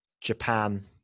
Japan